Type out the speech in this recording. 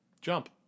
Jump